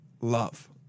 love